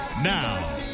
Now